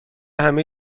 همه